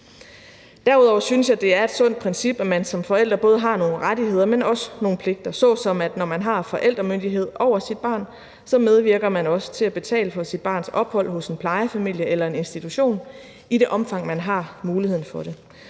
Derudover synes jeg, at det er et sundt princip, at man som forældre både har nogle rettigheder, men også nogle pligter, såsom at når man har forældremyndighed over sit barn, så medvirker man også til at betale for sit barns ophold hos en plejefamilie eller på en institution i det omfang, man har muligheden for det.